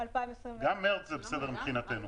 2021. גם מרץ זה בסדר מבחינתנו.